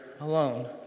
alone